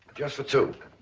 just for two.